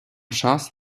час